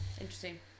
Interesting